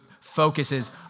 focuses